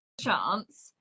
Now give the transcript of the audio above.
chance